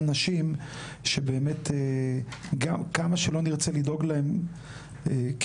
נשים שבאמת כמה שלא נרצה לדאוג להן כמדינה,